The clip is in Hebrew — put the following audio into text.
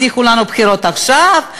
הבטיחו לנו בחירות עכשיו,